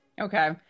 Okay